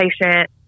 patient